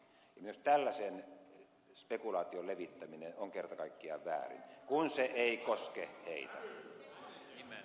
myös tällaisen spekulaation levittäminen on kerta kaikkiaan väärin kun se ei koske ei ihme